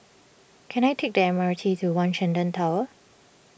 can I take the M R T to one Shenton Tower